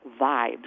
vibes